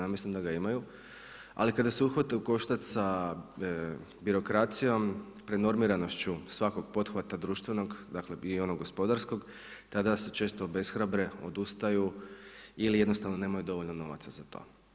Ja mislim da ga imaju, a kada se uhvate u koštac sa birokracijom, prenormiranošću svakog pothvata društvenog dakle i onog gospodarskog tada se često obeshrabre, odustaju ili jednostavno nemaju dovoljno novaca za to.